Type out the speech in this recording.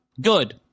Good